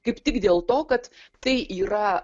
kaip tik dėl to kad tai yra